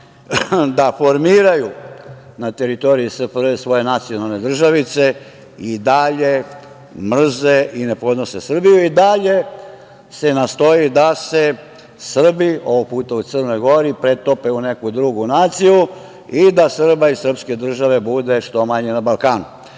da formiraju na teritoriji SFRJ svoje nacionalne državice, mrze i ne podnose Srbiju. I dalje se nastoji da se Srbi, ovog puta u Crnoj Gori, pretope u neku drugu naciju i da Srba i srpske države bude što manje na Balkanu.S